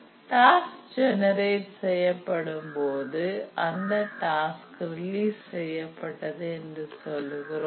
task generate பண்ணப் படும் போது அந்த டாஸ்க் ரிலீஸ் செய்யப்பட்டது என்று சொல்லுகிறோம்